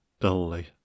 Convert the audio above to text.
dully